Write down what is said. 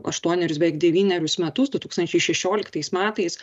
aštuonerius beveik devynerius metus du tūkstančiai šešioliktais metais